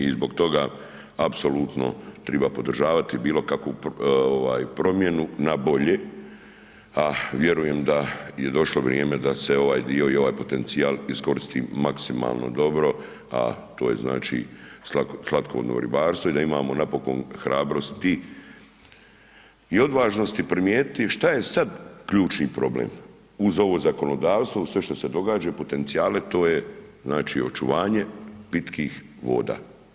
I zbog toga apsolutno treba podržavati bilokakvu promjenu na bolje a vjerujem da je došlo vrijeme da se ovaj dio i ovaj potencijal iskoristi maksimalno dobro a to je znači slatkovodno ribarstvo i da imamo napokon hrabrosti i odvažnosti primijetiti šta je sad ključni problem uz ovo zakonodavstvo, uz sve što se događa i potencijale, to je očuvanje pitkih voda.